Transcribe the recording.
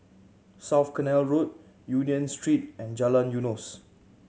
South Canal Road Union Street and Jalan Eunos